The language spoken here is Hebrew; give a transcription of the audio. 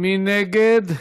מי נגד?